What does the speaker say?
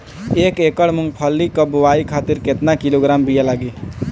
एक एकड़ मूंगफली क बोआई खातिर केतना किलोग्राम बीया लागी?